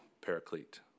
paraclete